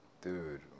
dude